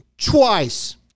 twice